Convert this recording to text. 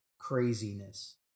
craziness